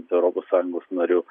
europos sąjungos nariu